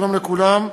שלום לכולם.